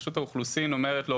רשות האוכלוסין אומרת לו,